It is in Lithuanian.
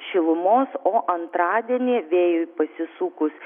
šilumos o antradienį vėjui pasisukus